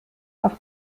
auf